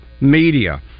media